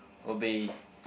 would be